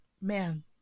Man